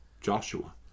Joshua